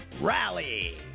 Rally